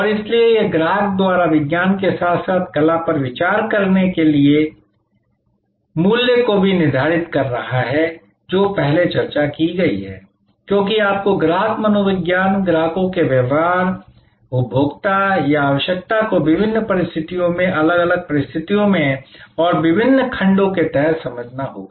और इसलिए यह ग्राहक द्वारा विज्ञान के साथ साथ कला पर विचार किए जाने वाले मूल्य को भी निर्धारित कर रहा है जो पहले चर्चा की गई है क्योंकि आपको ग्राहक मनोविज्ञान ग्राहकों के व्यवहार उपभोक्ता या आवश्यकता को विभिन्न परिस्थितियों में अलग अलग परिस्थितियों में और विभिन्न खंडों के तहत समझना होगा